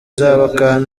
nzaba